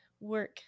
work